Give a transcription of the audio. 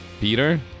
Peter